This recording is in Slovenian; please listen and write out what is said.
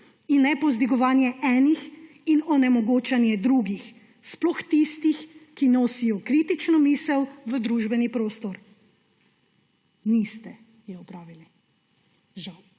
in ne povzdigovanje enih in onemogočanje drugih, sploh tistih, ki nosijo kritično misel v družbeni prostor. Niste je opravili. Žal.